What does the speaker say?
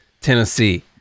tennessee